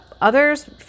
others